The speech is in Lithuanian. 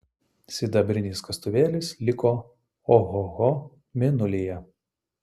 sidabrinis kastuvėlis liko ohoho mėnulyje